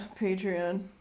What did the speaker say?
Patreon